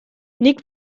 nik